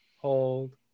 hold